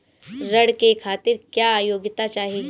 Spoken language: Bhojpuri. ऋण के खातिर क्या योग्यता चाहीं?